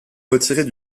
retirés